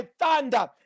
thunder